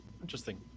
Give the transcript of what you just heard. Interesting